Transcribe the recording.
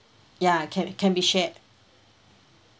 ya can can be shared